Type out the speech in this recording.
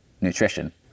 nutrition